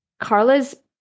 Carla's